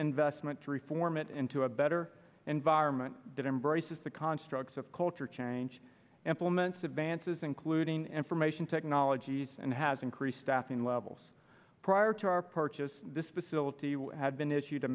investment to reform it into a better environment that embraces the constructs of culture change implements advances including information technologies and has increased staffing levels prior to our purchase this facility would have been issued to